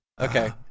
Okay